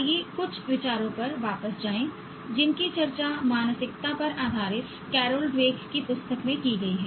आइए कुछ विचारों पर वापस जाएं जिनकी चर्चा मानसिकता पर आधारित कैरोल ड्वेक की पुस्तक में की गई है